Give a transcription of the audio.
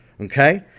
okay